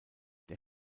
der